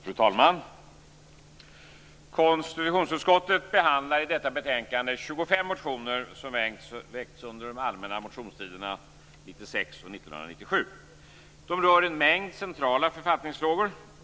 Fru talman! Konstitutionsutskottet behandlar i detta betänkande 25 motioner som väckts under de allmänna motionstiderna 1996 och 1997. De rör en mängd centrala författningsfrågor.